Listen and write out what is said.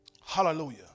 Hallelujah